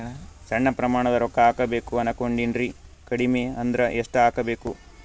ಸಣ್ಣ ಪ್ರಮಾಣದ ರೊಕ್ಕ ಹಾಕಬೇಕು ಅನಕೊಂಡಿನ್ರಿ ಕಡಿಮಿ ಅಂದ್ರ ಎಷ್ಟ ಹಾಕಬೇಕು?